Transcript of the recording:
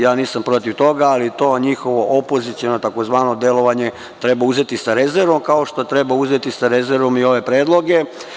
Ja nisam protiv toga, ali to njihovo tzv. opoziciono delovanje treba uzeti sa rezervom, kao što treba uzeti sa rezervom i ove predloge.